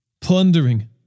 plundering